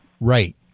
Right